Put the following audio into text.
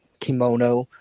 kimono